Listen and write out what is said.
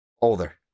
Older